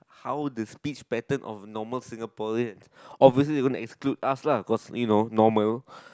how the speech pattern of normal Singaporean obviously they gonna exclude us lah cause you know normal